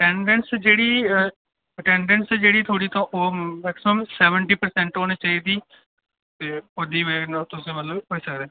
attendance जेह्डी attendance जेह्ड़ी थुआढ़ी ओह् मैक्सियम सेवेंटी परसेंट होनी चाहिदी उंदी बजह् कन्नै तुस मतलब होई सकदे